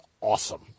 awesome